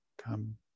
come